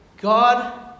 God